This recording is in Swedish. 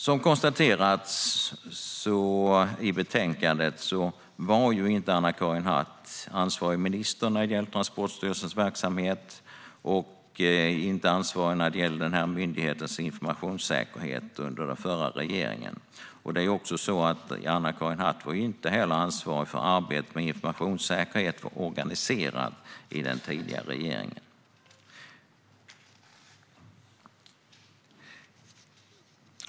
Det har konstaterats i betänkandet att Anna-Karin Hatt inte var ansvarig minister när det gäller Transportstyrelsens verksamhet eller denna myndighets informationssäkerhet under den förra regeringen. Hon var inte heller ansvarig för hur arbetet med informationssäkerhet var organiserat i den tidigare regeringen.